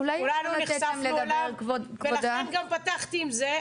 כולנו נחשפנו אליו ולכן גם פתחתי עם זה,